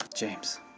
James